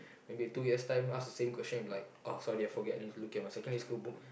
maybe in two years time ask the same question you'll be like oh sorry I forget need to look at my secondary school book